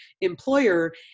employer